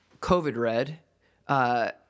COVID-red